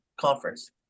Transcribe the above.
conference